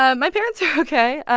ah my parents are ok.